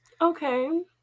Okay